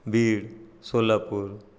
Beed Solapur